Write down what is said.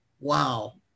Wow